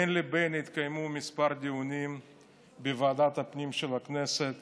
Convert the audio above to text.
בין לבין התקיימו כמה דיונים בוועדת הפנים של הכנסת